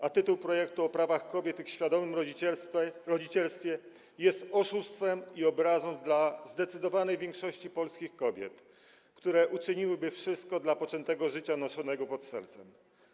A tytuł projektu - o prawach kobiet i świadomym rodzicielstwie - jest oszustwem i obrazą dla zdecydowanej większości polskich kobiet, które uczyniłyby wszystko dla poczętego życia noszonego pod sercem.